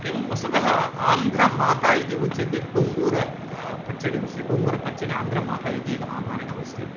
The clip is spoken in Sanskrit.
एवं वस्तुतः आन्ध्रमाता इति उच्यते गोङ्गुर पच्चडिविषये गोङ्गुरपच्चडि आन्ध्रमाता इति एकम् आभानकम् अस्ति